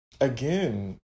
again